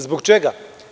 Zbog čega?